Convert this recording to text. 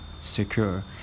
secure